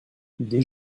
des